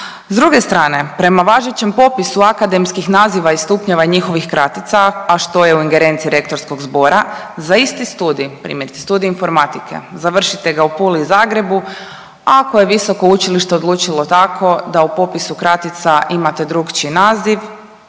S druge strane prema važećem popisu akademskih naziva i stupnjeva i njihovih kratica, a što je u ingerenciji rektorskog zbora za isti studij, primjerice studij informatike završite ga u Puli i Zagrebu, ako je visoko učilište odlučilo tako da u popisu kratica imate drukčiji naziv,